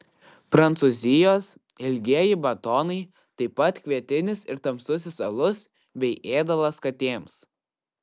prancūzijos ilgieji batonai taip pat kvietinis ir tamsusis alus bei ėdalas katėms